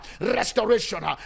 restoration